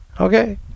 Okay